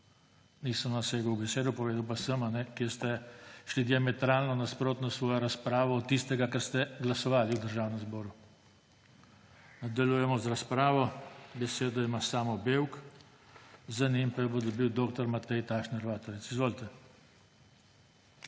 Nisem vam segal v besedo, povedal pa sem, kje ste šli diametralno nasprotno s svojo razpravo od tistega, kar ste glasovali v Državnem zboru. Nadaljujemo razpravo. Besedo ima Samo Bevk. Za njim pa jo bo dobil dr. Matej Tašner Vatovec. Izvolite.